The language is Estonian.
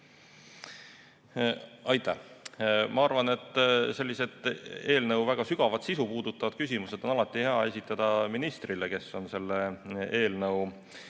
Aitäh! Ma arvan, et sellised eelnõu väga sügavat sisu puudutavad küsimused on alati hea esitada ministrile, kes on selle eelnõu